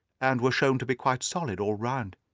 and were shown to be quite solid all round,